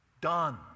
Done